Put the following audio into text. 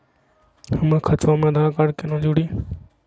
हमर खतवा मे आधार कार्ड केना जुड़ी?